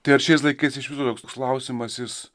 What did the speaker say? tai ar šiais laikais iš viso toks klausimas jis